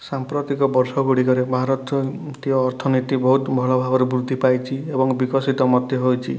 ସାମ୍ପ୍ରତିକ ବର୍ଷଗୁଡ଼ିକରେ ଭାରତ ମୁଖ୍ୟ ଅର୍ଥନୀତି ବହୁତ ଭଲ ଭାବରେ ବୃଦ୍ଧି ପାଇଛି ଏବଂ ବିକଶିତ ମଧ୍ୟ ହୋଇଛି